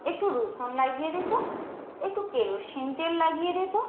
একটু রসুন লাগিয়ে দে তো একটু কেরোসিন তেল লাগিয়ে দে তো